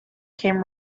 came